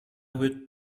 would